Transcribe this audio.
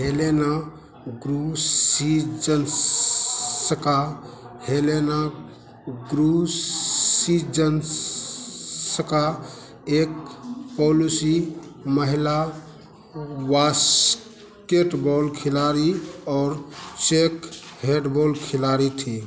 Helena ग्रुसिजन्सका Helena ग्रुसिजन्सका एक पोलिश महिला बास्केटबॉल खिलाड़ी और चेक हेडबॉल खिलाड़ी थी